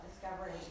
discovery